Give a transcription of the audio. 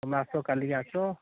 ତୁମେ ଆସ କାଲି କି ଆସ